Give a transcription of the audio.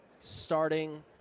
starting